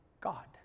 god